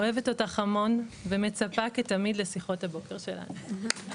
אוהבת אותך המון ומצפה כתמיד לשיחות הבוקר שלנו.